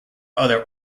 other